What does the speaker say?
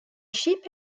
sheep